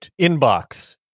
inbox